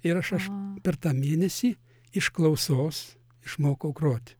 ir aš aš per tą mėnesį iš klausos išmokau groti